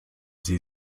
sie